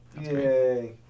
Yay